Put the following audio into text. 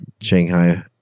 Shanghai